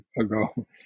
ago